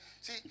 see